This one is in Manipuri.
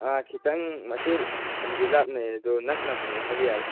ꯑꯥ ꯈꯤꯇꯪ ꯃꯆꯦꯠ ꯑꯃꯗꯤ ꯂꯥꯞꯅꯩ ꯑꯗꯣ ꯅꯛꯅꯕꯅꯦ ꯍꯥꯏꯕ ꯌꯥꯏ